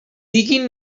diguen